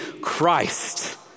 Christ